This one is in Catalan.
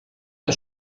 que